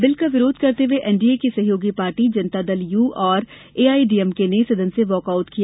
bill का विरोध करते हुए एनडीए की सहयोगी पार्टी जनता दल यू और एआईएडीएमके ने सदन से वाकऑउट किया